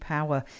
Power